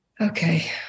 Okay